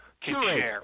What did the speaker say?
curate